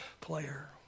player